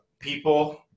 People